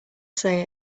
say